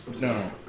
No